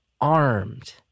armed